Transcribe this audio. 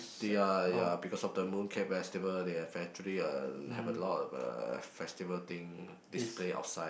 ya ya because of the Mooncake Festival they have actually uh have a lot of uh festival thing display outside